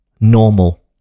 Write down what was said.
normal